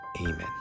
Amen